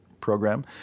program